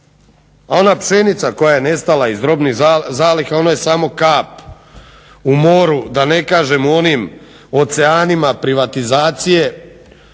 ona pšenica koja je nestala iz robnih zaliha ono je samo kap u moru da ne kažem u onim oceanima privatizacije